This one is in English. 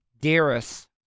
dearest